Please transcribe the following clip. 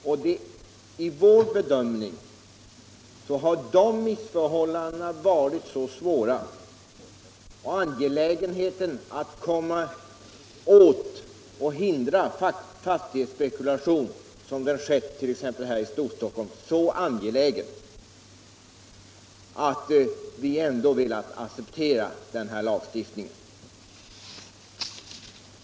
Enligt vår bedömning har dessa missförhållanden varit så svåra och angelägenheten att komma åt sådan fastighetsspekulation som förekommit t.ex. här i Storstockholm så väsentlig att vi ändå velat acceptera denna lagstiftning.